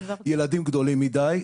ילדים גדולים מידי,